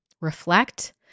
reflect